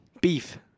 Beef